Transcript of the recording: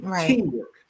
Teamwork